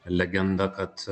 legenda kad